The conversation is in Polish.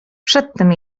przedtem